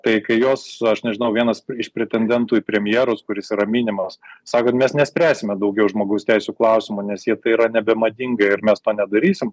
tai kai jos aš nežinau vienas iš pretendentų į premjerus kuris yra minimas sako kad mes nespręsime daugiau žmogaus teisių klausimo nes jie tai yra nebemadinga ir mes to nedarysim